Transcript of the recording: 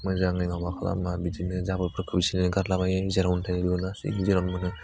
मोजाङै माबा खालामा बिदिनो जाबोरफोरखौ इसिनो गारलाबायो जेरावनो थायो बेयाव हासुयो जेरावो मोनो